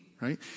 right